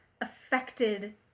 affected